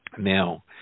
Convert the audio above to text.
Now